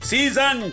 Season